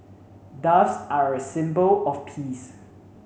doves are a symbol of peace